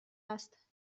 است